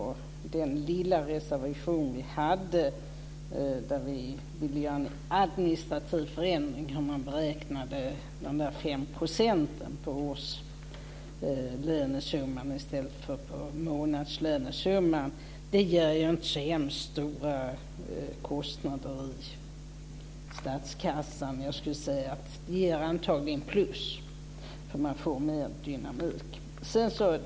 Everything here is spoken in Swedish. I vår lilla reservation vill vi göra en administrativ förändring så att man beräknar de 5 procenten på årslönesumman i stället för på månadslönesumman. Det ger inte så stora kostnader i statskassan. Jag skulle vilja säga att det antagligen ger plus, därför att man får mer dynamik.